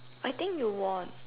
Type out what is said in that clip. I think you won